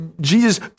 Jesus